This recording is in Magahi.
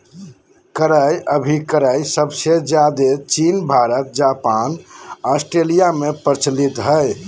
क्रय अभिक्रय सबसे ज्यादे चीन भारत जापान ऑस्ट्रेलिया में प्रचलित हय